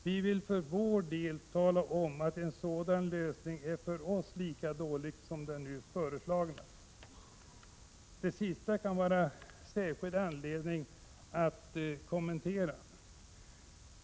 Vi vill för vår del tala om att en sådan lösning är för oss lika dålig som den nu föreslagna.” Det sista kan det finnas särskild anledning att kommentera.